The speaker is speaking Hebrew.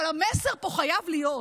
אבל המסר פה חייב להיות